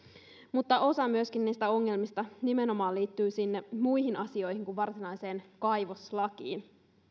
mutta osa niistä ongelmista liittyy nimenomaan myöskin sinne muihin asioihin kuin varsinaiseen kaivoslakiin